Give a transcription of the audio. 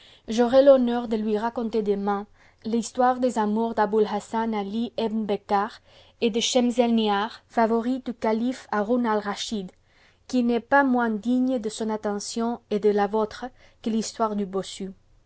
j'aurais l'honneur de lui raconter demain l'histoire des amours d'aboulhassan ali ebn becar et de schemselnihar favorite du calife haroun atraschid qui n'est pas moins digne de son attention et de la vôtre que l'histoire du bossu